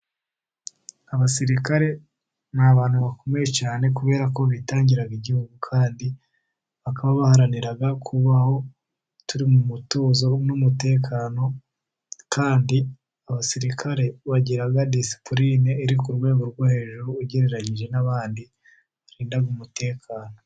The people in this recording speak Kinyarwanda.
Abasirikare ni abantu bakomeye cyane, kubera ko bitangira igihugu, kandi bakaba baharanira kubaho turi mu mutuzo n'umutekano, kandi abasirikare bagira disipurine iri ku rwego rwo hejuru, ugereranyije n'abandi barinda umutekano.